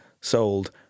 sold